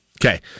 Okay